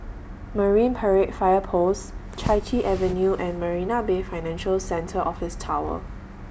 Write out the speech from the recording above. Marine Parade Fire Post Chai Chee Avenue and Marina Bay Financial Centre Office Tower